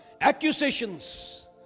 Accusations